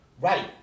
Right